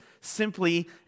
simply